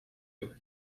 and